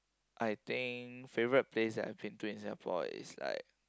I think favourite place that I've been to in Singapore is like